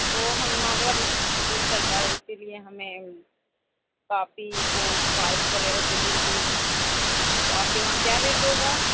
او ہم ہمارے ایک اسکول چلتا ہے اُس کے لئے ہمیں کاپی بک فائلس وغیرہ چاہیے تھی تو آپ کے وہاں کیا ریٹ ہوگا